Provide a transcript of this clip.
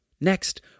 Next